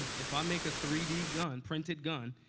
if i make a three d gun, printed gun,